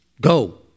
go